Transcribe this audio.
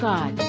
God